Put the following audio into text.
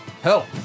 help